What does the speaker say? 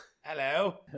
Hello